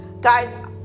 Guys